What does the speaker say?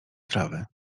trawy